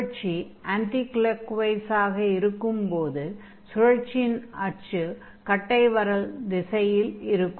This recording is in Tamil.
சுழற்சி ஆன்டி க்ளாக்வைஸ் ஆக இருக்கும்போது சுழற்சியின் அச்சு கட்டை விரல் திசையில் இருக்கும்